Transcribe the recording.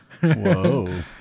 whoa